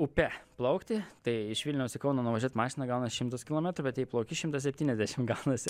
upe plaukti tai iš vilniaus į kauną nuvažiuot mašina gaunas šimtas kilometrų bet jei plauki šimtas septyniasdešim gaunasi